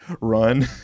run